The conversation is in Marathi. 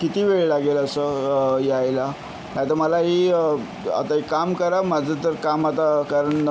किती वेळ लागेल असं यायला नाही तर मला ही आता एक काम करा माझं तर काम आता कारण